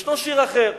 יש שיר אחר,